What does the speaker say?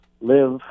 live